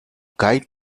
guide